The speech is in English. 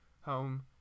Home